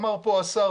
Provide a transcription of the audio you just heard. אמר פה השר,